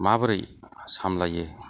माबोरै सामलायो